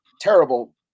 terrible